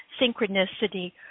synchronicity